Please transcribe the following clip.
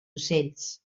ocells